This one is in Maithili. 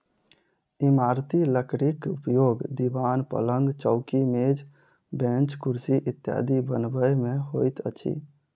इमारती लकड़ीक उपयोग दिवान, पलंग, चौकी, मेज, बेंच, कुर्सी इत्यादि बनबय मे होइत अछि